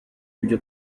ibyo